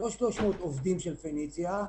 300 עובדים של "פניציה"